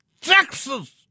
Texas